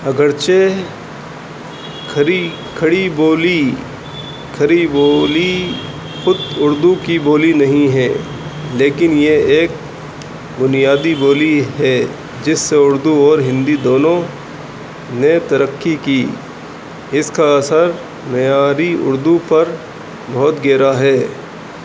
اگرچہ کھری کھڑی بولی کھڑی بولی خود اردو کی بولی نہیں ہے لیکن یہ ایک بنیادی بولی ہے جس سے اردو اور ہندی دونوں نے ترقی کی اس کا اثر معیاری اردو پر بہت گہرا ہے